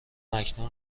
اکنون